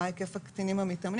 מה היקף הקטינים המתאמנים?